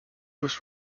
was